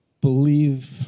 believe